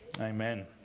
Amen